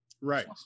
Right